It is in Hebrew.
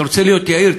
אתה רוצה להיות יהיר?